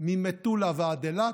ממטולה ועד אילת,